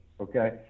okay